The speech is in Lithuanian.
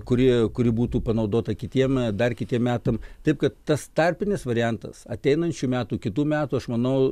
kurie kuri būtų panaudota kities dar kitiem metam taip kad tas tarpinis variantas ateinančių metų kitų metų aš manau